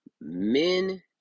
men